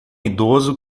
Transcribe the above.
idoso